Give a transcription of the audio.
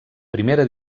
primera